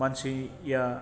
मानसिया